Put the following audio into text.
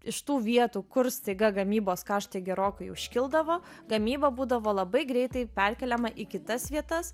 iš tų vietų kur staiga gamybos kaštai gerokai užkildavo gamyba būdavo labai greitai perkeliama į kitas vietas